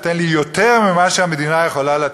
תיתן לי יותר ממה שהמדינה יכולה לתת,